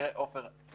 תראה, עפר,